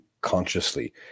consciously